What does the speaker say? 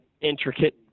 intricate